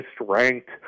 ranked